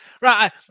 right